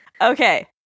Okay